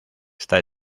está